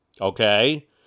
okay